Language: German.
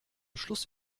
schluss